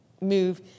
move